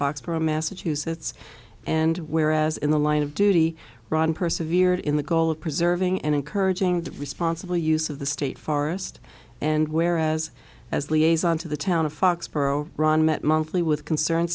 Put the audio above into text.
foxboro massachusetts and where as in the line of duty ron persevered in the goal of preserving and encouraging the responsible use of the state forest and whereas as liaison to the town of foxborough ron met monthly with concerned